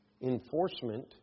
Enforcement